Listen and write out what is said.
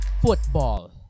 Football